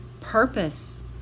purpose